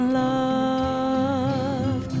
love